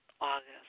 August